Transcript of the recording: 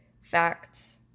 facts